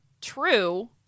True